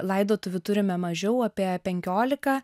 laidotuvių turime mažiau apie penkiolika